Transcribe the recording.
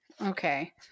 Okay